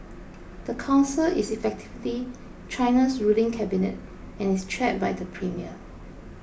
the council is effectively China's ruling cabinet and is chaired by the premier